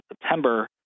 September